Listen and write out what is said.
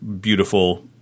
beautiful